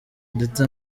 ndetse